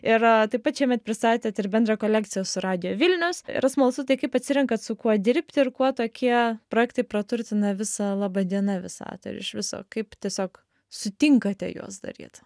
ir taip pat šiemet pristatėt ir bendrą kolekciją su radiju vilnius yra smalsu tai kaip atsirenkat su kuo dirbti ir kuo tokie projektai praturtina visą laba diena visatą ir iš viso kaip tiesiog sutinkate juos daryt